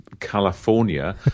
California